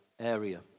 area